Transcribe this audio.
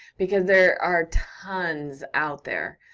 because there are tons out there,